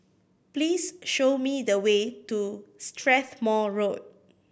please show me the way to Strathmore Road